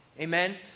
Amen